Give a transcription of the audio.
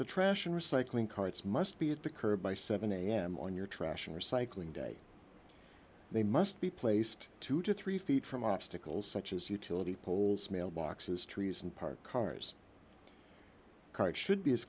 the trash and recycling carts must be at the curb by seven am on your trash and recycling day they must be placed two to three feet from obstacles such as utility poles mailboxes trees and parked cars current should be as